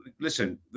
listen